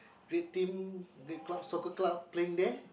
red team red club soccer club playing there